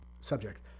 subject